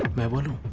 madam.